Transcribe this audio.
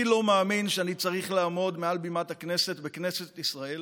אני לא מאמין שאני צריך לעמוד מעל בימת הכנסת בכנסת ישראל